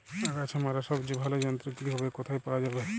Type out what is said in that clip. আগাছা মারার সবচেয়ে ভালো যন্ত্র কি হবে ও কোথায় পাওয়া যাবে?